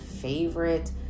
favorite